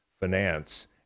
finance